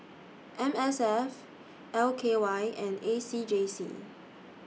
M S F L K Y and A C J C